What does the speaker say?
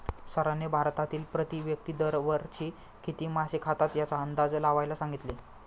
सरांनी भारतातील प्रति व्यक्ती दर वर्षी किती मासे खातात याचा अंदाज लावायला सांगितले?